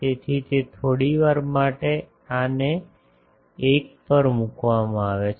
તેથી તે થોડી વાર માટે આને 1 પર મૂકવામાં આવે છે